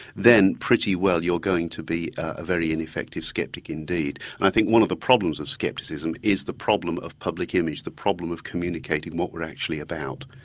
then pretty well you're going to be a very ineffective skeptic indeed. and i think one of the problems of skepticism is the problem of public image, the problem of communicating what we're actually about.